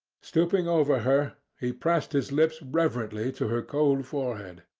stooping over her, he pressed his lips reverently to her cold forehead,